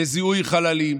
בזיהוי חללים,